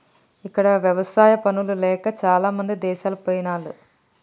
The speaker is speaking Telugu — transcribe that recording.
ఇక్కడ ఎవసాయా పనులు లేక చాలామంది దేశాలు పొయిన్లు